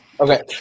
Okay